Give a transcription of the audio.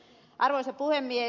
arvoisa puhemies